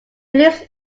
lives